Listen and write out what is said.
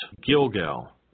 Gilgal